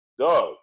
Doug